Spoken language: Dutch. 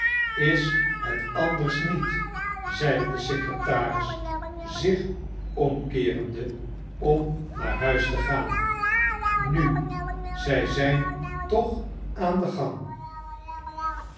is het anders niet zeide de secretaris zich omkeerende om naar huis te gaan snu zij zijn toch aan den gang